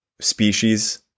species